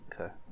Okay